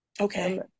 Okay